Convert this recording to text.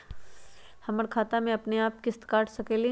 हमर खाता से अपनेआप किस्त काट सकेली?